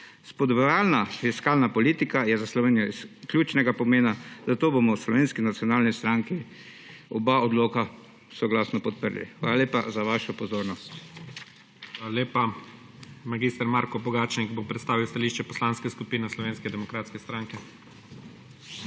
Spodbujevalna fiskalna politika je za Slovenijo ključnega pomena, zato bomo v Slovenski nacionalni stranki oba odloka soglasno podprli. Hvala lepa za vašo pozornost. **PREDSEDNIK IGOR ZORČIČ:** Hvala lepa. Mag. Marko Pogačnik bo predstavil stališče Poslanske skupine Slovenske demokratske stranke.